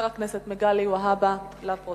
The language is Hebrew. הכנסת דוד